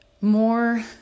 more